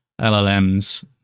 llms